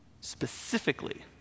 specifically